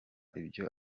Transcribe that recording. ibyo